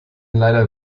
leider